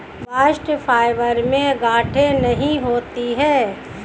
bast fibre में गांठे नहीं होती है